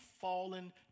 fallen